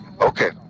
Okay